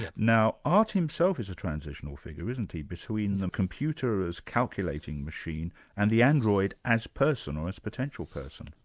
yeah now art himself is a transitional figure, isn't he, between the computer as calculating machine and the android as person, or as potential person?